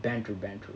banter banter